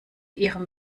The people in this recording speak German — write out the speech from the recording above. ihrem